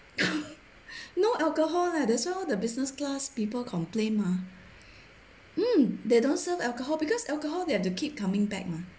no alcohol leh that's why all the business class people complain mah mm they don't serve alcohol because alcohol they have to keep coming back mah